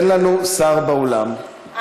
אין לנו שר באולם,